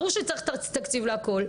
ברור שצריך תקציב להכול,